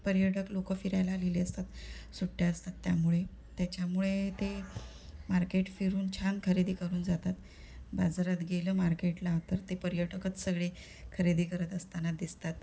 पर्यटक लोक फिरायला आलेले असतात सुट्ट्या असतात त्यामुळे त्याच्यामुळे ते मार्केट फिरून छान खरेदी करून जातात बाजारात गेलं मार्केटला तर ते पर्यटकच सगळे खरेदी करत असताना दिसतात